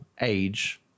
age